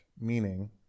meaning